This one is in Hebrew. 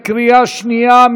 בקריאה שנייה.